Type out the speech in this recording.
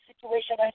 situation